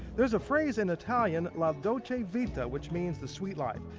there's a phrase in italian la dolce vita which means the sweet life.